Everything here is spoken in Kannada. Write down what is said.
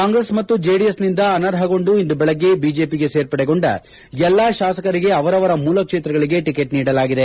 ಕಾಂಗ್ರೆಸ್ ಮತ್ತು ಜೆಡಿಎಸ್ನಿಂದ ಅನರ್ಹಗೊಂಡು ಇಂದು ಬೆಳಗ್ಗೆ ಬಿಜೆಪಿಗೆ ಸೇರ್ಪಡೆಗೊಂಡ ಎಲ್ಲ ಶಾಸಕರಿಗೆ ಅವರವರ ಮೂಲ ಕ್ಷೇತ್ರಗಳಿಗೆ ಟಿಕೆಟ್ ನೀಡಲಾಗಿದೆ